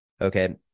Okay